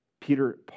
Peter